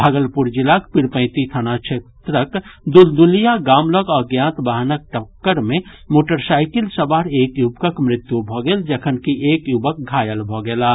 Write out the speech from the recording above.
भागलपुर जिलाक पीरपैंती थाना क्षेत्रक दुलदुलिया गाम लऽग अज्ञात वाहनक टक्कर मे मोटरसाईकिल सवार एक युवकक मृत्यु भऽ गेल जखनकि एक युवक घायल भऽ गेलाह